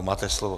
Máte slovo.